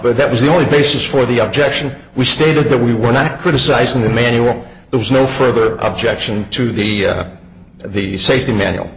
but that was the only basis for the objection we stated that we were not criticizing the manual there was no further objection to the the safety manual